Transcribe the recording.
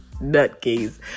nutcase